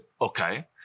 okay